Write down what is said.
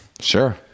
Sure